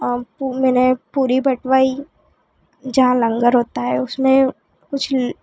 और पु मैंने पूड़ी बंटवाई जहाँ लंगर होता है उसमें कुछ